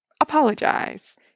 Apologize